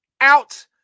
out